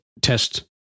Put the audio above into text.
test